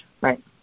right